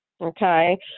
Okay